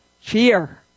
fear